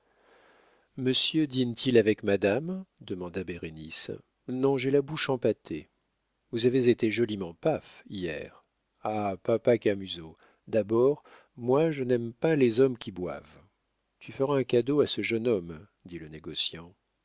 monsieur dîne t il avec madame demanda bérénice non j'ai la bouche empâtée vous avez été joliment paf hier ah papa camusot d'abord moi je n'aime pas les hommes qui boivent tu feras un cadeau à ce jeune homme dit le négociant